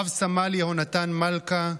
רב-סמל יהונתן מלכה,